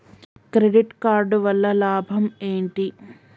Credit card వల్ల లాభం ఏంటి?